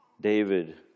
David